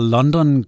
London